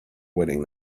wedding